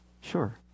sure